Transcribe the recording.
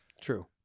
true